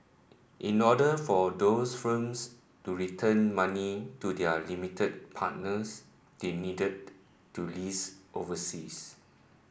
in order for those firms to return money to their limited partners they needed to list overseas